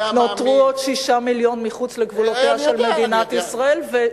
רק נותרו עוד 6 מיליון מחוץ לגבולותיה של מדינת ישראל.